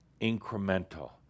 incremental